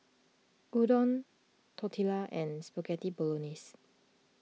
Udon Tortillas and Spaghetti Bolognese